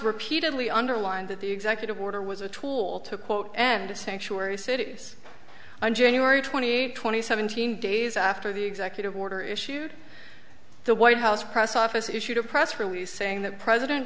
repeatedly underlined that the executive order was a tool to quote end of sanctuary cities on january twenty eighth twenty seventeen days after the executive order issued the white house press office issued a press release saying the president